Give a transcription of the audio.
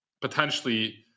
potentially